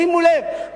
שימו לב,